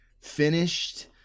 finished